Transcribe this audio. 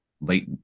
late